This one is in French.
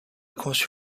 conçu